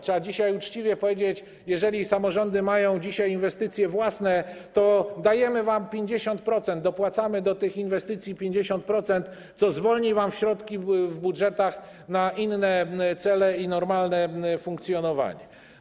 Trzeba uczciwie powiedzieć: jeżeli samorządy mają dzisiaj inwestycje własne, to dajemy wam 50%, dopłacamy do tych inwestycji 50%, co zwolni wam środki w budżetach na inne cele i na normalne funkcjonowanie.